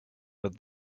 but